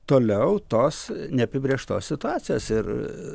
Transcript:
toliau tos neapibrėžtos situacijos ir